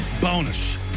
bonus